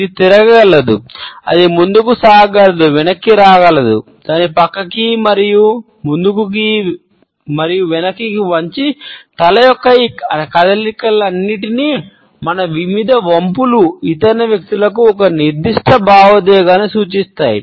ఇది తిరగగలదు అది ముందుకు సాగగలదు వెనుకకు రాగలదు దానిని పక్కకి ముందుకు మరియు వెనుకకు వంచి తల యొక్క ఈ కదలికలన్నింటినీ మన వివిధ వంపులు ఇతర వ్యక్తులకు ఒక నిర్దిష్ట భావోద్వేగాలను సూచిస్తాయి